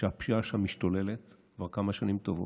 שהפשיעה שם משתוללת כבר כמה שנים טובות,